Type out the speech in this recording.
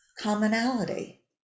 commonality